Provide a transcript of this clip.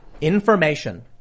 information